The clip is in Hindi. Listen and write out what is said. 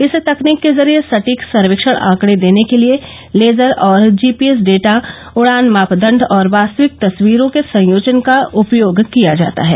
इस तकनीक के जरिए सटीक सर्वेक्षण आंकड़े देने के लिए लेजर और जीपीएस डेटा उड़ान मापदंड और वास्तविक तस्वीरों के संयोजन का उपयोग किया जाता है